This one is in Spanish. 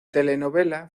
telenovela